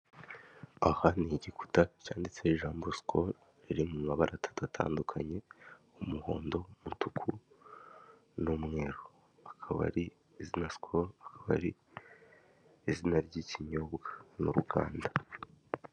Aha ni igikuta cyanditseho ijambo SKOL, riri mu mabara atandukanye: umuhondo, umutuku ndetse n'umweru. SKOL ni izina ry'ikinyobwa n'uruganda.